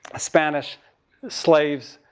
spanish slaves.